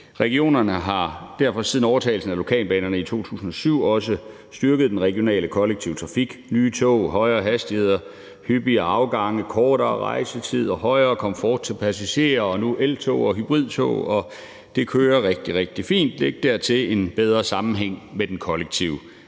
Regionerne har derfor siden overtagelsen af lokalbanerne i 2007 også styrket den regionale kollektive trafik: Nye tog, højere hastigheder, hyppigere afgange, kortere rejsetider, mere komfort til passagerer og nu eltog og hybridtog – det kører rigtig, rigtig fint. Læg dertil en bedre sammenhæng med den kollektive